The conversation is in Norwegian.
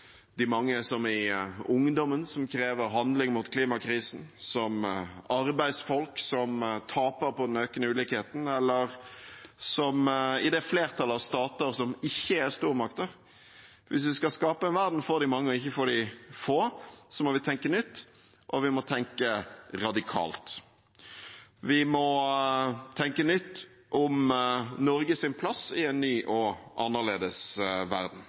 de få – som ungdommen, som krever handling mot klimakrisen, som arbeidsfolk, som taper på den økende ulikheten, eller som det flertallet av stater som ikke er stormakter – må vi tenke nytt, og vi må tenke radikalt. Vi må tenke nytt om Norges plass i en ny og annerledes verden.